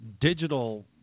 digital